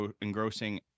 engrossing